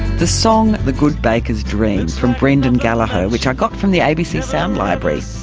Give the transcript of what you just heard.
the song the good baker's dream from brendan gallagher, which i got from the abc sound library.